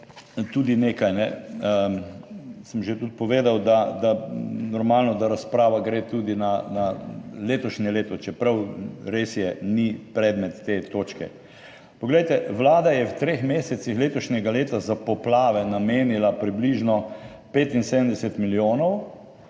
tudi, nekaj sem že tudi povedal, da normalno, da razprava gre tudi na letošnje leto, čeprav res je, ni predmet te točke. Poglejte, Vlada je v treh mesecih letošnjega leta za poplave namenila približno 75 milijonov,